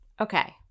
Okay